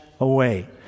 away